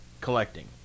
collecting